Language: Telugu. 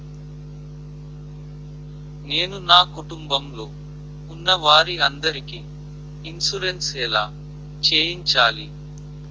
నేను నా కుటుంబం లొ ఉన్న వారి అందరికి ఇన్సురెన్స్ ఎలా చేయించాలి?